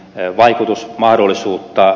ne vaikutus mahdollisuutta